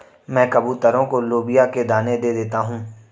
मैं कबूतरों को लोबिया के दाने दे देता हूं